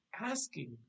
asking